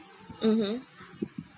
mmhmm